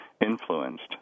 influenced